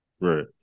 Right